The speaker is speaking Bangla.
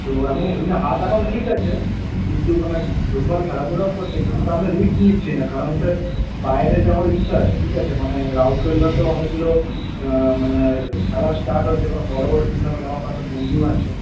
তো আমি এমনি হাত এখন ঠিক আছে কিন্তু মানে ফুটবল খেলাধুলা করছে কিন্তু তাও আমি রিস্ক নিচ্ছি না কারণ স্যার বাইরে যাওয়ার ইচ্ছা আছে ঠিক আছে মানে রাউরকেল্লাতে অনেকগুলো মানে খেলা স্টার্ট হয়েছে ওখানে বড়ো বড়ো টুর্নামেন্ট আমার কটা বন্ধু আছে